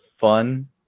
fun